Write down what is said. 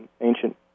ancient